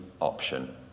option